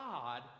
God